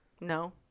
No